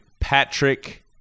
Patrick